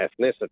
ethnicity